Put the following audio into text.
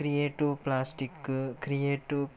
creative plastic creative